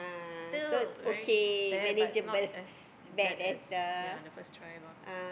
still very bad but not as bad as yeah the first tri lor